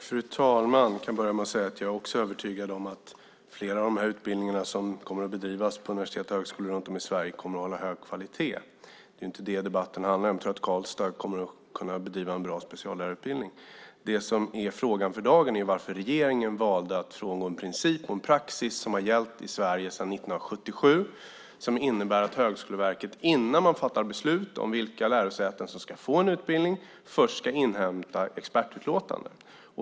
Fru talman! Jag kan börja med att säga att jag också är övertygad om att flera av de här utbildningarna som kommer att bedrivas på universitet och högskolor runt om i Sverige kommer att hålla hög kvalitet. Det är inte det debatten handlar om. Jag tror att Karlstad kommer att kunna bedriva en bra speciallärarutbildning. Det som är frågan för dagen är varför regeringen valde att frångå en princip och en praxis som har gällt i Sverige sedan 1977 och som innebär att Högskoleverket innan beslut fattas om vilka lärosäten som ska få en utbildning först ska inhämta expertutlåtanden.